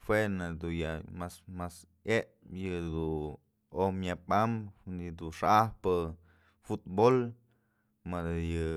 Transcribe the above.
Jue nak dun ya mas yepyë yëdun xa'ajpë futbol madë yë